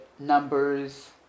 Numbers